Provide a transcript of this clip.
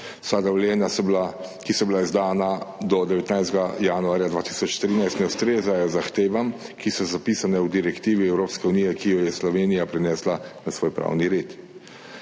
dovoljenja, ki so bila izdana do 19. januarja 2013, ne ustrezajo zahtevam, ki so zapisane v direktivi Evropske unije, ki jo je Slovenija prenesla v svoj pravni red.